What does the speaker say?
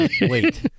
wait